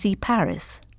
Paris